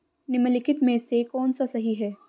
निम्नलिखित में से कौन सा सही है?